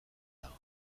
dago